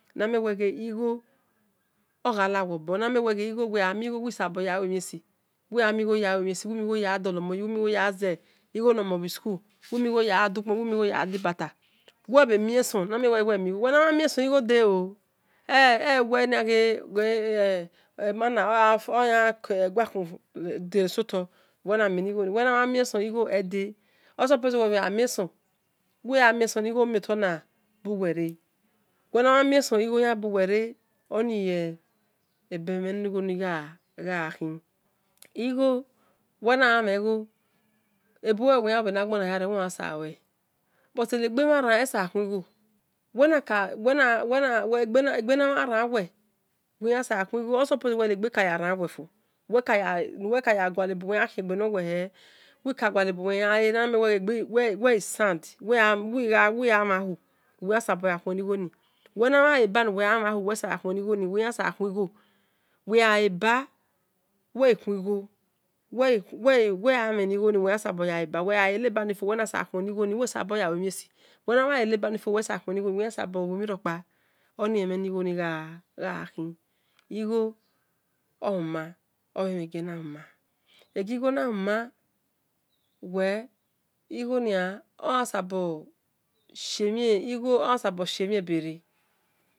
Namien-we ghe igho oghalawe obor namien we ghe uwimigho yazighi school nomon uwe migho ya ghadu kpon uwe migho yagha dibatu uwe bhe miensun uwe mhan mien su igho delo ewe ghe manner oyanke gua khun desotor osuppose nuwe mien sun uwe mhana mien sun igho yanbuwere oh oni-ebe ni gho gha khin uwe nagha-ghe mhen gho egbekaranwe buti ene gha mhanran esabo khuenghi osuppose enghe kayanranweso weke gualebuwe yan le uwi siund nuwe gha-mhan hu nuwe sabor yakhueni-gho-ni uwe gha e abe uwe sabo khuen gho uwe mhana leba nuwe gha mhan hahu uwi yansabor khui gho oni-emhen igho-ghakhin igho ohuma egi gho nie numan we igho oyansabo-shie-mhien bere